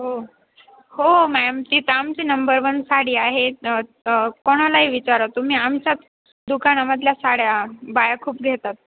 हो हो मॅम ती तर आमची नंबर वन साडी आहेत कोणालाही विचारा तुम्ही आमच्याच दुकानामधल्या साड्या बाया खूप घेतात